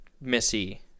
Missy